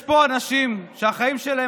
יש פה אנשים שהחיים שלהם,